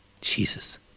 Jesus